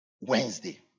Wednesday